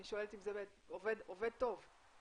אני שואלת אם זה עובד טוב מבחינתכם.